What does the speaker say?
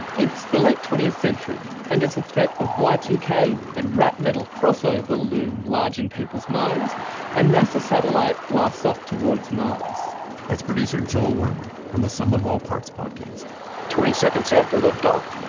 it's the late twentieth century and as the threat of y two k and rap-metal crossover loom large in people's minds and nasa's satellite blasts off towards mars that's producer joel werner from the sum of all parts podcast twenty seconds after lift off,